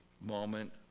moment